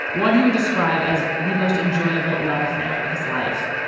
one he would describe as the most enjoyable love affair of his life.